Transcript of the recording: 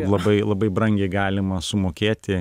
labai labai brangiai galima sumokėti